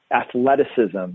athleticism